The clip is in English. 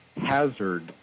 Hazard